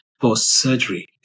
post-surgery